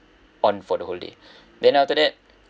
on for the whole day then after that